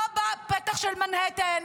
לא בפתח של מנהטן,